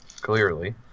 Clearly